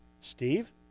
Steve